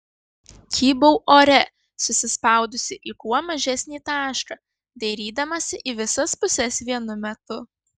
kybau ore susispaudusi į kuo mažesnį tašką dairydamasi į visas puses vienu metu